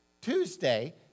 Tuesday